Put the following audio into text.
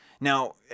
Now